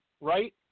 right